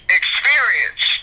experience